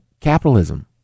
capitalism